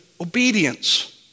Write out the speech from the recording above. obedience